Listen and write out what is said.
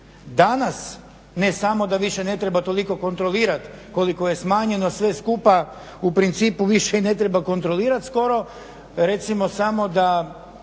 Danas ne samo da više ne treba toliko kontrolirati koliko je smanjeno sve skupa u principu i više ne treba kontrolirati skoro, recimo samo da